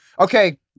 okay